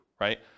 right